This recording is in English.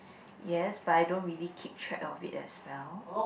yes but I don't really keep track of it as well